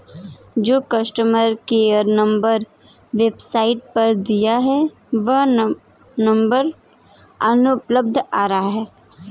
जो customer care number website पर दिया है वो नंबर अनुपलब्ध आ रहा है